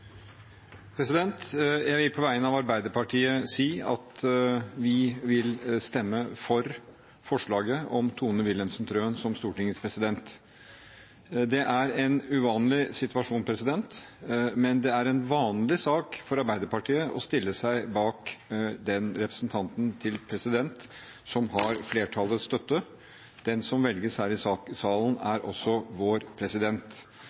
president. Foreligger det andre forslag? –Så synes ikke. Ber noen om ordet? Jeg vil på vegne av Arbeiderpartiet si at vi vil stemme for forslaget om Tone Wilhelmsen Trøen som Stortingets president. Det er en uvanlig situasjon, men det er en vanlig sak for Arbeiderpartiet å stille seg bak den representanten, det forslaget til president, som har flertallets støtte. Den som velges her i salen,